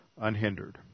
unhindered